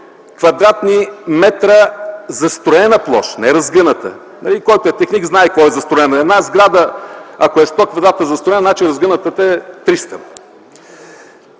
кв. м застроена площ, не разгъната. Който е техник, знае какво е застроена площ. Една сграда, ако е 100 квадрата застроена, значи разгънатата площ е 300.